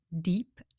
deep